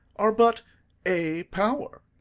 are but a power.